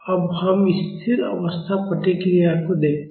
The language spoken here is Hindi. अब हम स्थिर अवस्था प्रतिक्रिया को देखते हैं